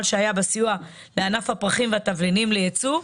שהיה בסיוע לענף הפרחים והתבלינים לייצוא,